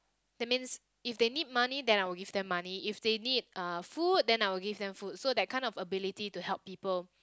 that means if they need money then I will give them money if they need uh food then I will give them food so that kind of ability to help people